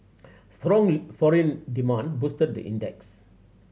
strong foreign demand boosted the index